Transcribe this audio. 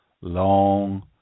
long